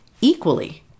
equally